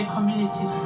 community